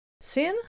Sin